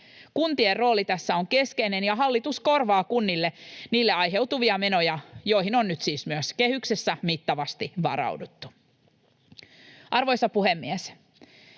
Kuntien rooli tässä on keskeinen, ja hallitus korvaa kunnille niille aiheutuvia menoja, joihin on nyt siis myös kehyksessä mittavasti varauduttu. Arvoisa puhemies!